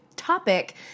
Topic